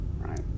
right